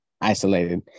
isolated